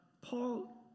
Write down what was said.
Paul